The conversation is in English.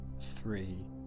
three